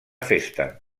festa